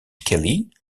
kelly